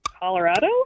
Colorado